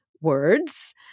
words